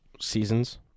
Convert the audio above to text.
seasons